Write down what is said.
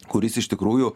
kuris iš tikrųjų